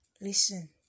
Listen